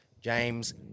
James